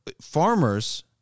farmers